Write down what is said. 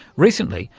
recently,